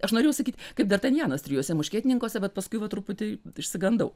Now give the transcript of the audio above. aš norėjau sakyt kaip dartanjanas trijuose muškietininkuose bet paskui truputį išsigandau